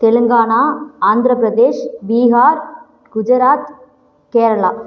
தெலுங்கானா ஆந்திரப் பிரதேஷ் பீகார் குஜராத் கேரளா